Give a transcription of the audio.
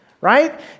right